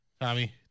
Tommy